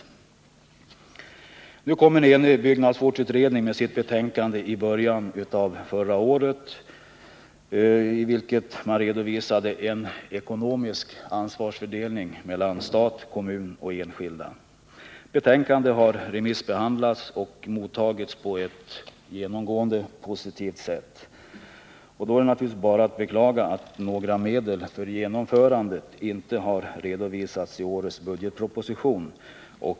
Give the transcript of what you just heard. En enig byggnadsvårdsutredning kom i början av 1979 med sitt betänkande Kulturhistorisk bebyggelse — värd att vårda, i vilket redovisades en ekonomisk ansvarsfördelning mellan stat, kommun och enskilda. Betänkandet har remissbehandlats och mottagits på ett genomgående positivt sätt. Det är naturligtvis bara att beklaga att några medel för genomförandet av förslagen i betänkandet inte har redovisats i årets budgetproposition.